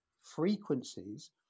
frequencies